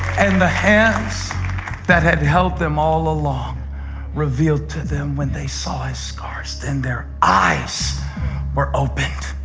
and the hands that had held them all along revealed to them when they saw his scars. then their eyes were opened